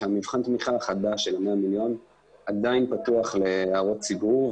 מבחן התמיכה החדש של 100 מיליון עדיין פתוח להערות ציבור,